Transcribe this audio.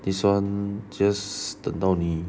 this [one] just 等到你